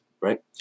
right